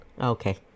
Okay